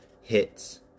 hits